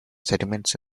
sediments